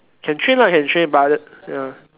can train lah can train but the ya